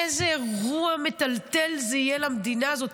איזה אירוע מטלטל זה יהיה למדינה הזאת.